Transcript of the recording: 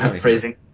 Phrasing